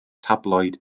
tabloid